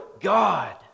God